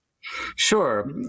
Sure